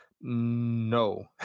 no